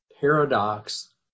paradox